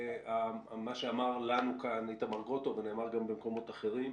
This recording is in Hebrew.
האם מה שאמר לנו כאן איתמר גרוטו ונאמר גם במקומות אחרים,